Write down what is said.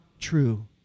true